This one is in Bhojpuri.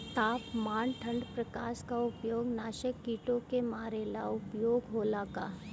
तापमान ठण्ड प्रकास का उपयोग नाशक कीटो के मारे ला उपयोग होला का?